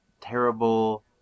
terrible